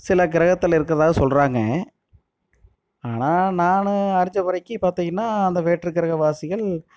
சில கிரகத்தில் இருக்கிறதாக சொல்கிறாங்க ஆனால் நான் அறிஞ்ச வரைக்கும் பார்த்தீங்கன்னா அந்த வேற்றுக் கிரகவாசிகள்